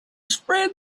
spread